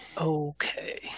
Okay